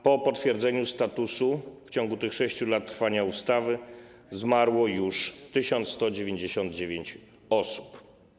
Po potwierdzeniu statusu w ciągu tych 6 lat funkcjonowania ustawy zmarło już 1199 osób.